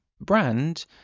brand